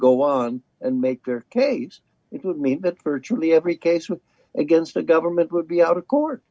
go on and make their case it would mean that virtually every case was against the government would be out of cour